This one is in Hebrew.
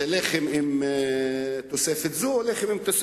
זה לחם עם תוספת זו או אחרת.